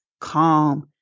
calm